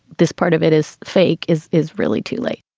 this part of it is fake is is really too late.